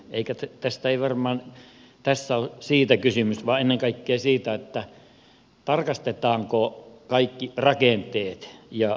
eikä tässä varmaan ole siitä kysymys vaan ennen kaikkea siitä että tarkastetaanko kaikki rakenteet